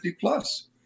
plus